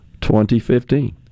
2015